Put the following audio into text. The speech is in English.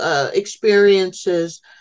experiences